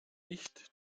nicht